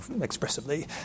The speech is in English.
expressively